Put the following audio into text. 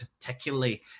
particularly